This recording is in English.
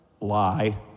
Lie